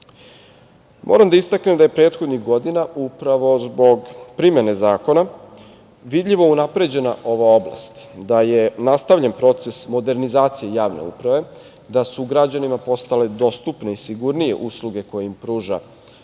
da istaknem da je prethodnih godina, upravo zbog primene zakona, vidljivo unapređena ova oblast, da je nastavljen proces modernizacije javne uprave, da su građanima postale dostupne i sigurnije usluge koje im pruža